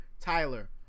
Tyler